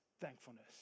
thankfulness